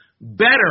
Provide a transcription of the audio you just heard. better